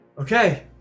Okay